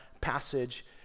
passage